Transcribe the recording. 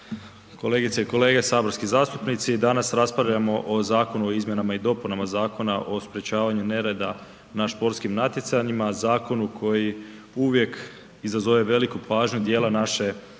kolegice i kolege saborski zastupnici. Danas raspravljamo o Zakonu o izmjenama i dopunama Zakona o sprečavanju nereda na sportskim natjecanjima, zakonu koji uvijek izazove veliku pažnju dijela naše javnosti.